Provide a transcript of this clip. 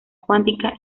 cuántica